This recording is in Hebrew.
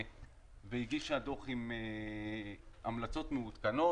והגישה דוח עם המלצות מעודכנות.